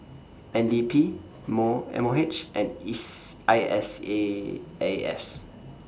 N D P More M O H and IS I S A A S